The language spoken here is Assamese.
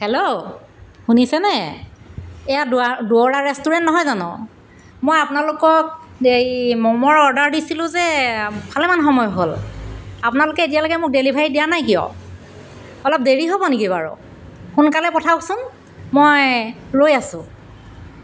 হেল্ল' শুনিছেনে এয়া দুৱা দুৱৰা ৰেষ্টুৰেণ্ট নহয় জানো মই আপোনালোকক হেৰি মম'ৰ অৰ্ডাৰ দিছিলোঁ যে ভালেমান সময় হ'ল আপোনালোকে এতিয়ালৈকে মোক ডেলিভাৰী দিয়া নাই কিয় অলপ দেৰি হ'ব নেকি বাৰু সোনকালে পঠাওকচোন মই ৰৈ আছোঁ